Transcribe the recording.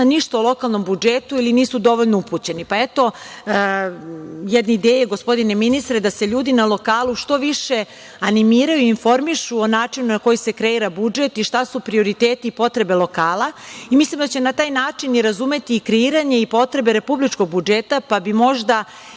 ništa o lokalnom budžetu ili nisu dovoljno upućeni. Eto jedne ideje, gospodine ministre, da se ljudi na lokalu što više animiraju i informišu o načinu na koji se kreira budžet i šta su prioriteti i potrebe lokala i mislim da će na taj način i razumeti kreiranje i potrebe republičkog budžeta pa bi možda